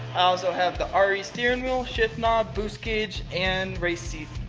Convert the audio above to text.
i also have the ah re steering wheel, shift knob, boost gauge and race seat.